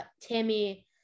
Timmy